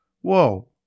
Whoa